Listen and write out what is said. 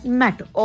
matter